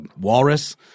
walrus